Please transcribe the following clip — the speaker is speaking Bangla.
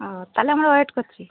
ও তাহলে আমরা ওয়েট করছি